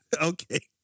Okay